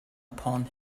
upon